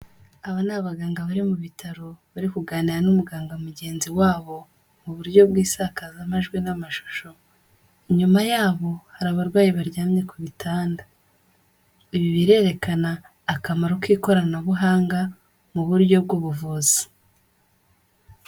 Aba ni abaganga bari mu bitaro bari kuganira n'umuganga mugenzi wabo mu buryo bw'isakazamajwi n'amashusho. Inyuma yabo hari abarwayi baryamye ku bitanda. Ibi birerekana akamaro k'ikoranabuhanga mu buryo bw'ubuvuzi.